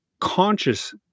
conscious